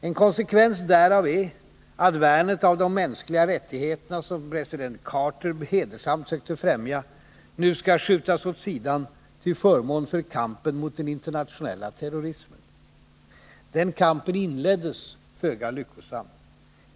En konsekvens därav är att värnet av de mänskliga rättigheterna, som president Carter hedersamt sökte främja, nu skall skjutas åt sidan till förmån för ”kampen mot den internationella terrorismen”. Den kampen inleddes föga lyckosamt.